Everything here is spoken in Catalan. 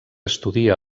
estudia